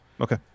Okay